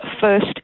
first